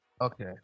Okay